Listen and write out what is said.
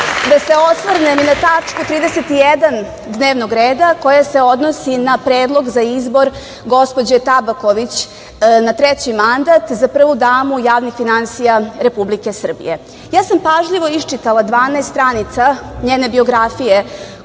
da se osvrnem i na tačku 31. dnevnog reda, koja se odnosi i na Predlog za izbor gospođe Tabaković na treći mandat za prvu damu javnih finansija Republike Srbije. Ja sam pažljivo iščitala 12 stranica njene biografije